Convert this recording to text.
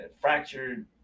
fractured